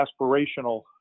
aspirational